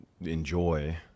enjoy